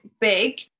big